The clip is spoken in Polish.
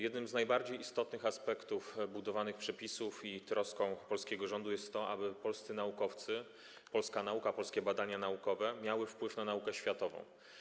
Jednym z najbardziej istotnych aspektów budowanych przepisów i troską polskiego rządu jest to, aby polscy naukowcy, polska nauka, polskie badania naukowe miały wpływ na naukę światową.